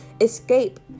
Escape